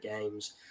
games